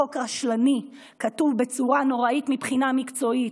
חוק רשלני, כתוב בצורה נוראית מבחינה מקצועית.